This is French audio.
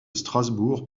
strasbourg